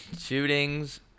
Shootings